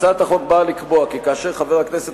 הצעת החוק באה לקבוע כי כאשר חבר הכנסת